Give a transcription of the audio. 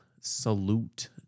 Salute